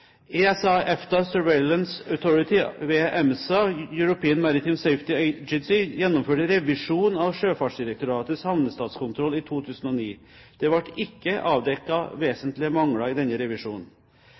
ESA, EFTA Surveillance Authority, ved EMSA, European Maritime Safety Agency, gjennomførte revisjon av Sjøfartsdirektoratets havnestatskontroll i 2009. Det ble ikke